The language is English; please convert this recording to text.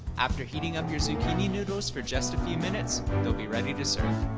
after heating up your zucchini noodles for just a few minutes, it will be ready to serve.